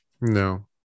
no